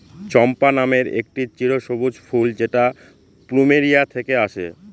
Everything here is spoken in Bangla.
চম্পা নামের একটি চিরসবুজ ফুল যেটা প্লুমেরিয়া থেকে আসে